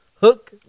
hook